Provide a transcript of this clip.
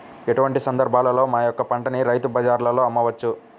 ఎటువంటి సందర్బాలలో మా యొక్క పంటని రైతు బజార్లలో అమ్మవచ్చు?